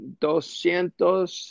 doscientos